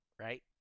right